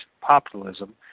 populism